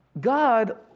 God